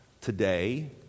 today